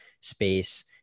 space